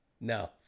no